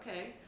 okay